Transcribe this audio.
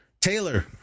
Taylor